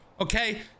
Okay